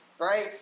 right